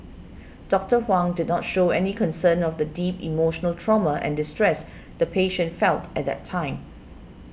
Doctor Huang did not show any concern of the deep emotional trauma and distress the patient felt at that time